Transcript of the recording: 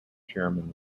chairman